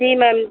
जी ma'am